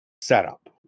setup